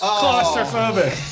claustrophobic